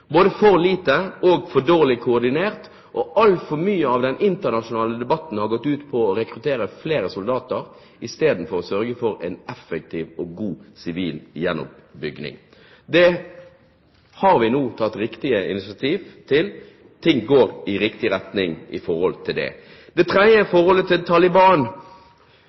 både for liten og for dårlig koordinert. Altfor mye av den internasjonale debatten har gått ut på å rekruttere flere soldater istedenfor å sørge for en effektiv og god sivil gjenoppbygging. Det har vi nå tatt riktige initiativ til. Ting går i riktig retning på det området. Det tredje er forholdet til Taliban.